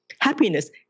Happiness